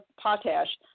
Potash